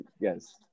yes